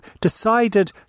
decided